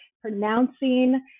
pronouncing